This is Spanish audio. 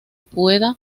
pueda